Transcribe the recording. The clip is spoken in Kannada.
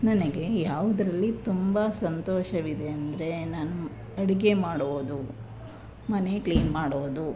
ನನಗೆ ಯಾವುದ್ರಲ್ಲಿ ತುಂಬ ಸಂತೋಷವಿದೆ ಅಂದರೆ ನಾನು ಅಡುಗೆ ಮಾಡೋದು ಮನೆ ಕ್ಲೀನ್ ಮಾಡೋದು